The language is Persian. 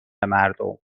مردم